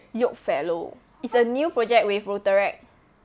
yoke fellow is a new project with rotaract